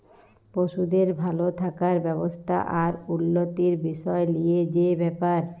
পশুদের ভাল থাকার ব্যবস্থা আর উল্যতির বিসয় লিয়ে যে ব্যাপার